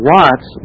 Watts